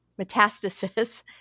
metastasis